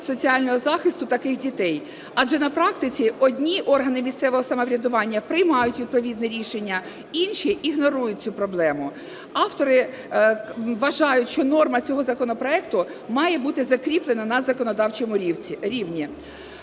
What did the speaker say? соціального захисту таких дітей. Адже на практиці одні органи місцевого самоврядування приймають відповідне рішення, інші ігнорують цю проблему. Автори вважають, що норма цього законопроекту має бути закріплена на законодавчому рівні.